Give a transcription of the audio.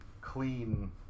clean